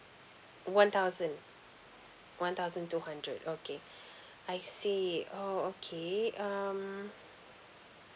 one thousand one thousand two hundred okay I see oh okay um